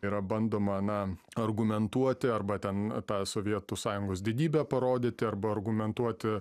yra bandoma na argumentuoti arba ten tą sovietų sąjungos didybę parodyti arba argumentuoti